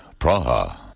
Praha